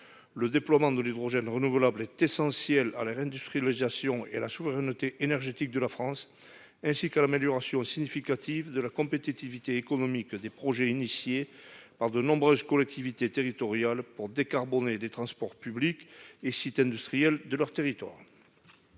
Le déploiement de l'hydrogène renouvelable est essentiel pour la réindustrialisation, pour la souveraineté énergétique de la France et pour l'amélioration significative de la compétitivité économique des projets lancés par nombre de collectivités territoriales pour décarboner les transports publics et les sites industriels de leur territoire.